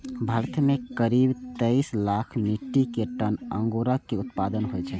भारत मे करीब तेइस लाख मीट्रिक टन अंगूरक उत्पादन होइ छै